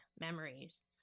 memories